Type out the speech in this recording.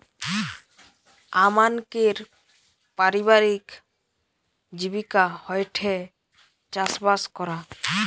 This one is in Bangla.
আমানকের পারিবারিক জীবিকা হয়ঠে চাষবাস করা